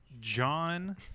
John